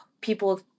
people